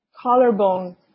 Collarbone